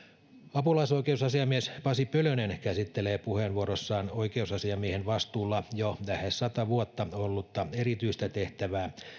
apulaisoikeusasiamies pasi pölönen käsittelee puheenvuorossaan oikeusasiamiehen vastuulla jo lähes sata vuotta ollutta erityistä tehtävää